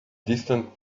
distant